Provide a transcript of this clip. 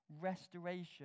restoration